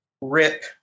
Rip